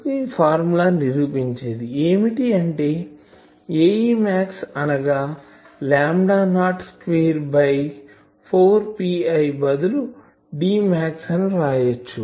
ఈ ఫార్ములా నిరూపించేది ఏమిటి అంటే Ae max అనగా lambda naught square by 4 PI బదులు Dmax అని వ్రాయచ్చు